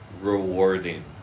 rewarding